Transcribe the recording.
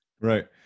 Right